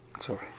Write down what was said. sorry